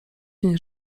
nie